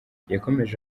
yakomeje